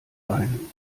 ein